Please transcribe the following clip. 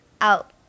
out